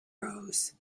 rose